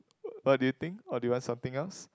what do you think or do you want something else